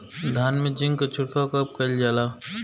धान में जिंक क छिड़काव कब कइल जाला?